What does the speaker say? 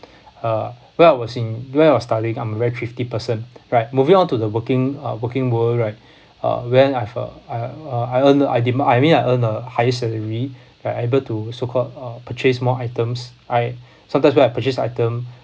uh well I was in when I was studying I'm a very thrifty person right moving on to the working uh working world right uh when I've a I uh I earn uh I didn't I mean I earn a higher salary I am able to so called uh purchase more items I sometimes when I purchase item